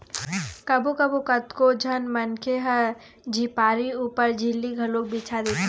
कभू कभू कतको झन मनखे ह झिपारी ऊपर झिल्ली घलोक बिछा देथे